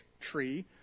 tree